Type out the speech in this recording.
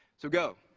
so go,